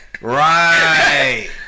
right